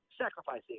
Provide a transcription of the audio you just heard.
sacrificing